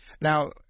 Now